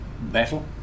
battle